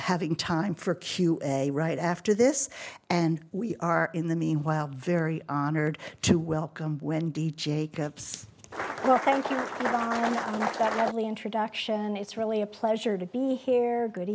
having time for q and a right after this and we are in the meanwhile very honored to welcome wendy jacobs only introduction it's really a pleasure to be here good